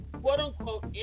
quote-unquote